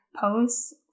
posts